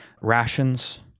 rations